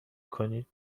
کنید